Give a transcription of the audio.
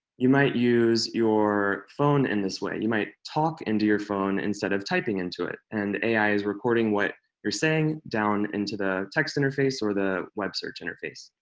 you might use your phone in this way. you might talk into your phone instead of typing into it, and ai is recording what you're saying down into the text interface or the web search interface.